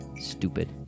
stupid